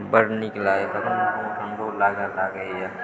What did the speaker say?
बड नीक लागैया कखनो कखनो कि ठंढो लागैया